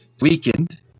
weakened